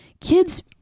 kids